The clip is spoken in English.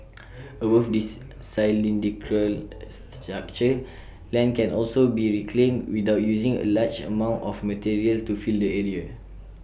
above this cylindrical structure land can also be reclaimed without using A large amount of material to fill the sea